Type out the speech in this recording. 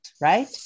right